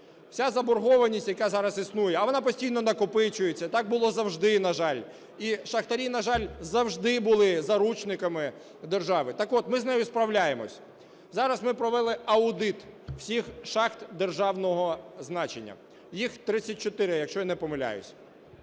Вся заборгованість, яка зараз існує, а вона постійно накопичується, так було завжди, на жаль, і шахтарі, на жаль, завжди були заручниками держави, так от, ми з нею справляємося. Зараз ми провели аудит всіх шахт державного значення, їх 34, якщо я не помиляюсь.